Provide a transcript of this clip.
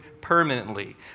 permanently